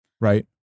right